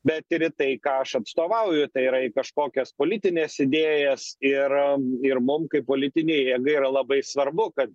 bet ir į tai ką aš atstovauju tai yra į kažkokias politines idėjas ir ir mum kaip politinei jėgai yra labai svarbu kad